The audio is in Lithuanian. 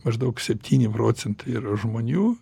maždaug septyni procentai ir žmonių